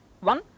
One